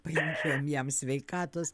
palinkėjom jam sveikatos